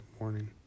morning